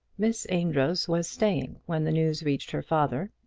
miss amedroz was staying when the news reached her father,